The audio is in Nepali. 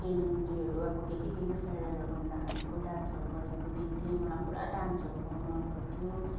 चिल्ड्रेन्स डेहरू अब के के के के फेरवेलहरू हुँदाखरिको डान्सहरू गरेको देख्थेँ मलाई पनि पुरा डान्सहरू गर्नु मन पर्थ्यो